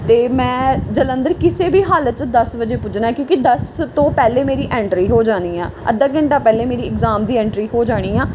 ਅਤੇ ਮੈਂ ਜਲੰਧਰ ਕਿਸੇ ਵੀ ਹਾਲਤ 'ਚ ਦਸ ਵਜੇ ਪੁੱਜਣਾ ਕਿਉਂਕਿ ਦਸ ਤੋਂ ਪਹਿਲਾਂ ਮੇਰੀ ਐਂਟਰੀ ਹੋ ਜਾਣੀ ਆ ਅੱਧਾ ਘੰਟਾ ਪਹਿਲਾਂ ਮੇਰੀ ਇਗਜ਼ਾਮ ਦੀ ਐਂਟਰੀ ਹੋ ਜਾਣੀ ਆ